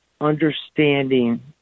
understanding